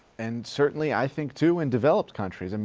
and certainly i think too, in developed countries, and